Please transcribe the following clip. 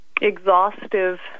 exhaustive